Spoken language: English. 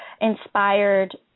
inspired